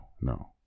No